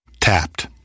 Tapped